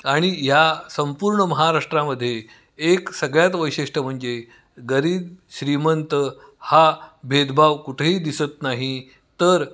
आणि ह्या संपूर्ण महाराष्ट्रामध्ये एक सगळ्यात वैशिष्ट म्हणजे गरीब श्रीमंत हा भेदभाव कुठेही दिसत नाही तर